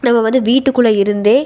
நம்ம வந்து வீட்டுக்குள்ளே இருந்தே